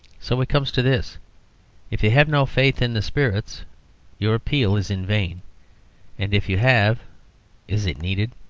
so it comes to this if you have no faith in the spirits your appeal is in vain and if you have is it needed?